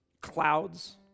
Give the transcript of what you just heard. clouds